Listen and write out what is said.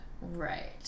Right